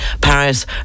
Paris